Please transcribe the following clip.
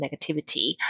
negativity